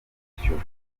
kwishyura